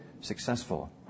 successful